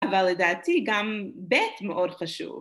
אבל לדעתי גם ב׳ מאוד חשוב.